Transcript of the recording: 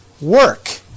Work